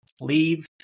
leave